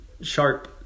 sharp